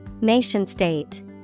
Nation-state